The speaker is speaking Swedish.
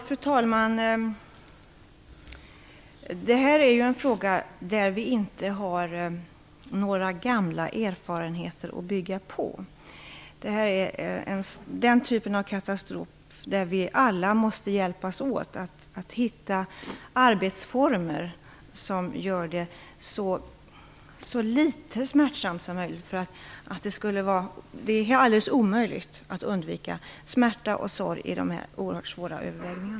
Fru talman! I den här frågan har vi ju inte några gamla erfarenheter att bygga på. Det här är en typ av katastrofer där vi alla måste hjälpas åt att hitta arbetsformer som gör det så litet smärtsamt som möjligt, även om det är omöjligt att undvika smärta och sorg i den här oerhört svåra situationen.